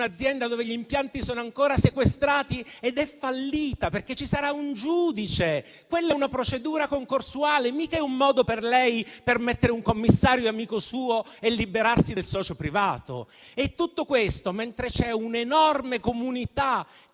un'azienda dove gli impianti sono ancora sequestrati ed è fallita? Perché ci sarà un giudice, quella è una procedura concorsuale, non è mica un modo per lei per mettere un commissario amico suo e liberarsi del socio privato. Tutto questo mentre c'è un'enorme comunità che